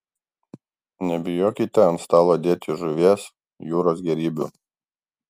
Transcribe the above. nebijokite ant stalo dėti žuvies jūros gėrybių